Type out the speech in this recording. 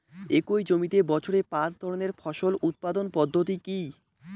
একই জমিতে বছরে পাঁচ ধরনের ফসল উৎপাদন পদ্ধতি কী?